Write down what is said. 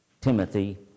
Timothy